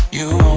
you